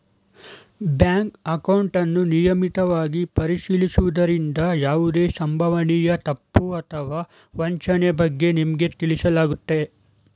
bank ಅಕೌಂಟನ್ನು ನಿಯಮಿತವಾಗಿ ಪರಿಶೀಲಿಸುವುದ್ರಿಂದ ಯಾವುದೇ ಸಂಭವನೀಯ ತಪ್ಪು ಅಥವಾ ವಂಚನೆ ಬಗ್ಗೆ ನಿಮ್ಗೆ ತಿಳಿಸಲಾಗುತ್ತೆ